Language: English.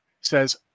says